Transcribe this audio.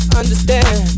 understand